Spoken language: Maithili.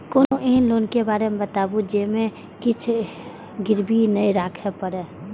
कोनो एहन लोन के बारे मे बताबु जे मे किछ गीरबी नय राखे परे?